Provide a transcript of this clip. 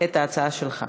את ההצעה שלך.